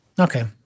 Okay